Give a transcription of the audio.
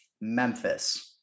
Memphis